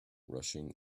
rushing